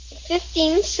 Fifteen